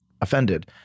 offended